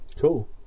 Cool